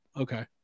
okay